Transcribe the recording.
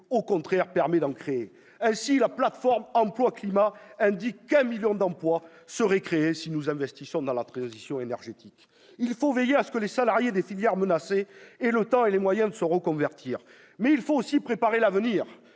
au contraire d'en créer. Ainsi, la plateforme emplois-climat indique qu'un million d'emplois seraient créés si nous investissions dans la transition énergétique. Il faut veiller à ce que les salariés des filières menacées aient le temps et les moyens de se reconvertir, mais il faut aussi préparer l'avenir,